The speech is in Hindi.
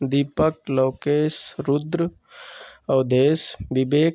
दीपक लोकेश रुद्र अवधेश विवेक